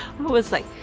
was like,